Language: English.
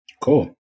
Cool